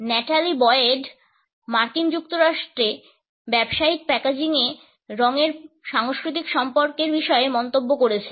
Natalie Boyd মার্কিন যুক্তরাষ্ট্রে ব্যবসায়িক প্যাকেজিংয়ে রঙের সাংস্কৃতিক সম্পর্কের বিষয়ে মন্তব্য করেছেন